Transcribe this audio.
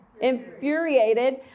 Infuriated